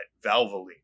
Valvoline